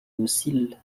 docile